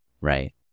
right